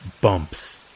bumps